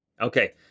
Okay